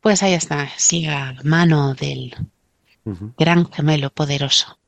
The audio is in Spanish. Pues ahí está, siga la mano del Ujú. gran gemelo poderoso.